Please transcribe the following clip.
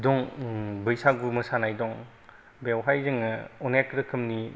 दं बैसागु मोसानाय दं बेवहाय जोङो अनेख रोखोमनि